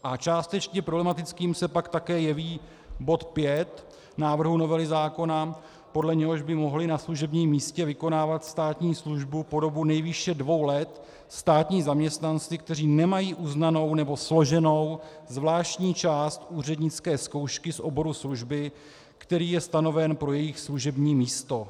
A částečně problematickým se pak také jeví bod 5 návrhu novely zákona, podle něhož by mohli na služebním místě vykonávat státní službu po dobu nejvýše dvou let státní zaměstnanci, kteří nemají uznanou nebo složenou zvláštní část úřednické zkoušky z oboru služby, který je stanoven pro jejich služební místo.